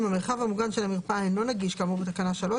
אם המרחב המוגן של המרפאה אינו נגיש כאמור בתקנה 3,